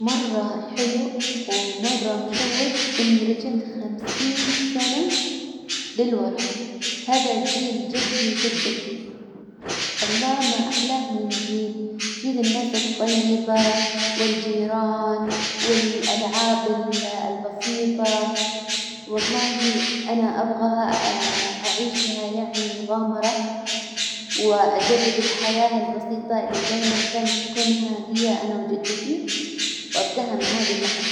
مرة حلو ومرة مشوج إني رجعت خمسين سنة للوراء، هذا جيل جدي وجدتي، الله ما أحلاه من جيل! جيل الناس الطيبة والجيران والألعاب ال- البسيطة، والله أنا أبغاها أعيشها يعني مغامرة، وأجرب الحياة البسيطة اللي دايما كان يحكونها ليا أنا وجدتي وأبدأها من هذي اللحظة.